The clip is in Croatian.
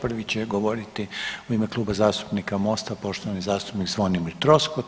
Prvi će govoriti u ime Kluba zastupnika Mosta poštovani zastupnik Zvonimir Troskot.